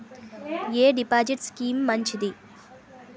ఎ deposit scheme మంచిది?